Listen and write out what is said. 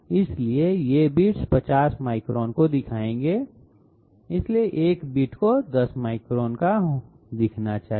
इसलिए ये bits 50 micron का दिखाएंगे इसलिए एक बिट को 10 माइक्रोन का दिखाना चाहिए